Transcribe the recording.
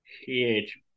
Huge